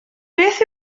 beth